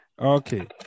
okay